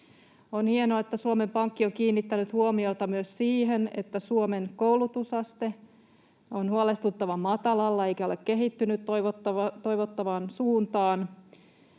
On hienoa, että Suomen Pankki on kiinnittänyt monissa puheenvuoroissaan huomiota myös siihen, että Suomen koulutusaste on huolestuttavan matalalla eikä ole kehittynyt toivottavaan suuntaan,